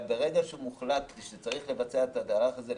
אבל ברגע שמוחלט שצריך לבצע את המהלך הזה,